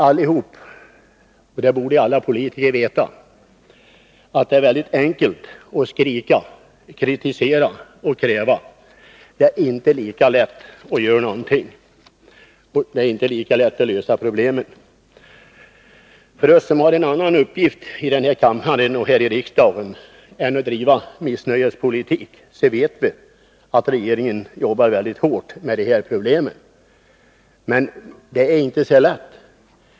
Alla politiker borde veta att det är väldigt enkelt att skrika, kritisera och ställa krav, men det är inte lika lätt att göra någonting. Det är inte lika lätt att lösa problemen. Vi som har en annan uppgift här i riksdagen än att driva missnöjespolitik vet att regeringen jobbar väldigt hårt med de här problemen. Men det är inte så lätt.